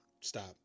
Stop